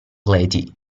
lady